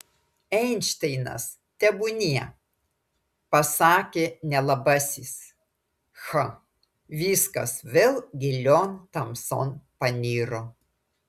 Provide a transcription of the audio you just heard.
einšteinas tebūnie pasakė nelabasis h viskas vėl gilion tamson paniro